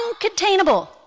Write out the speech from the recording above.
uncontainable